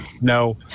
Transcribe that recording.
No